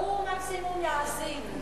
של חירשים, הם ידברו והוא, מקסימום, יאזין.